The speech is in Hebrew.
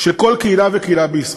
של כל קהילה וקהילה בישראל.